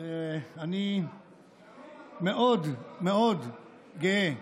אני מאוד מאוד גאה,